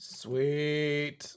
Sweet